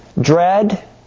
dread